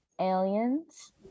aliens